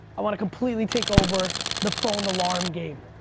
i wanna completely takeover the phone alarm game.